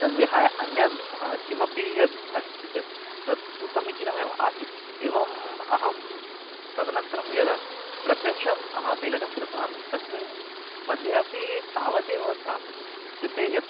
तद्विहाय अन्यद् ह किमपि यद् अस्ति चेत् तत्तु समीचीनमेव आसीत् एवम् अहं तदनन्तरं यदा प्रत्यक्षं मेलनं कृतवान् तस्मिन् मध्ये अपि तावदेव आसीत् इत्युक्ते यत्